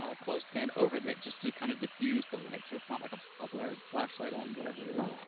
ah clothespin over that, just to kind of diffuse the light, so it's not like a ah blaring flashlight on whatever it is,